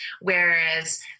Whereas